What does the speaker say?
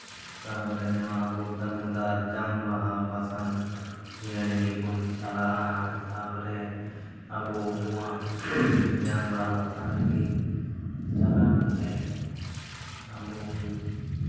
ᱛᱟᱨᱯᱚᱨᱮ ᱱᱚᱣᱟ ᱟᱵᱚ ᱫᱟᱢᱳᱫᱚᱨ ᱡᱟᱝ ᱵᱟᱦᱟ ᱵᱟᱥᱟᱱ ᱤᱭᱟᱹᱭ ᱞᱟᱹᱜᱤᱫ ᱵᱚᱱ ᱪᱟᱞᱟᱜᱼᱟ ᱛᱟᱨᱯᱚᱨᱮ ᱟᱵᱚ ᱱᱚᱣᱟ ᱡᱟᱝ ᱵᱟᱦᱟ ᱵᱷᱟᱥᱟᱱ ᱞᱟᱹᱜᱤᱫ ᱪᱟᱞᱟᱣ ᱠᱟᱛᱮᱜ ᱟᱵᱚ ᱵᱚᱱ